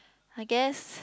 I guess